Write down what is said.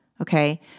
Okay